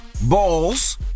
balls